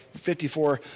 54